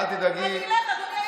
אדוני היו"ר,